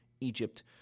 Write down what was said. Egypt